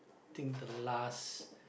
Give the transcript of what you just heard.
think the last